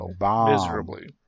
miserably